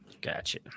Gotcha